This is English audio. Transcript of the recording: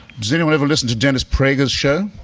does anyone ever listen to dennis prager's show?